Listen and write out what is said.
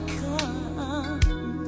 come